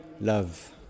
love